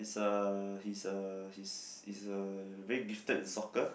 he's uh he's uh he's is uh very gifted in soccer